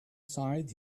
side